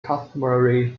customary